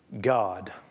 God